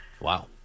Wow